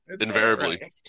invariably